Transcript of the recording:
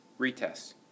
retest